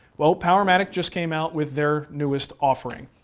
well, powermatic just came out with their newest offering,